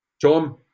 Tom